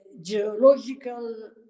geological